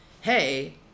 hey